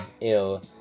ill